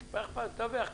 דווח.